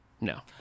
no